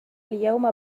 اليوم